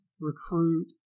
recruit